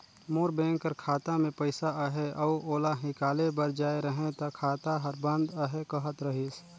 मोर bank कर खाता में पइसा अहे अउ ओला हिंकाले बर जाए रहें ता खाता हर बंद अहे कहत रहिस